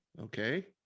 okay